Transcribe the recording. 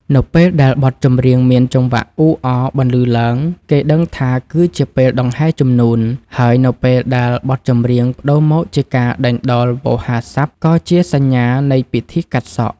នៅពេលដែលបទចម្រៀងមានចង្វាក់អ៊ូអរបន្លឺឡើង គេដឹងថាគឺជាពេលដង្ហែជំនូន ហើយនៅពេលដែលបទចម្រៀងប្តូរមកជាការដេញដោលវោហារស័ព្ទ ក៏ជាសញ្ញានៃពិធីកាត់សក់។